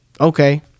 okay